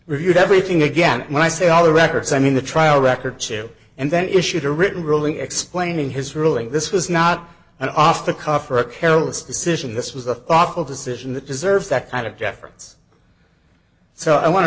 reviewed everything again when i say all the records i mean the trial record to and then issued a written ruling explaining his ruling this was not an off the cuff or a careless decision this was a thoughtful decision that deserves that kind of